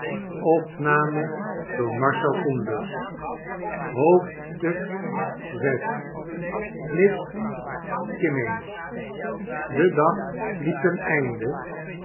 vi miss kimmeens de dag liep ten einde